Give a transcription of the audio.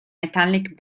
metallic